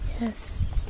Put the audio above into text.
Yes